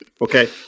Okay